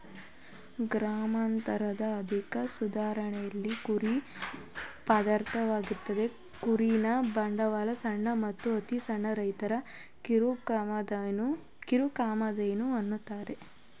ಗ್ರಾಮಾಂತರದ ಆರ್ಥಿಕ ಸುಧಾರಣೆಲಿ ಕುರಿ ಪಾತ್ರವಹಿಸ್ತದೆ ಕುರಿನ ಬಡವರ ಸಣ್ಣ ಮತ್ತು ಅತಿಸಣ್ಣ ರೈತರ ಕಿರುಕಾಮಧೇನು ಅಂತಾರೆ